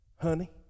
honey